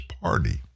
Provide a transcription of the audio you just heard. party